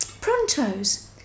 Pronto's